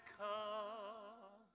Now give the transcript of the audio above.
come